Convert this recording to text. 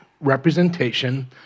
representation